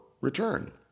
return